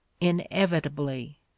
inevitably